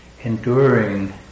enduring